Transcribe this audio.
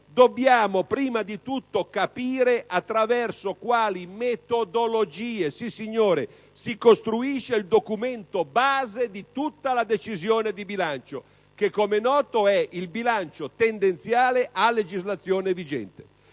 dobbiamo prima di tutto capire attraverso quali metodologie - proprio così - si costruisce il documento base di tutta la decisione di bilancio che, com'è noto, è il bilancio tendenziale a legislazione vigente.